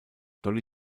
dolly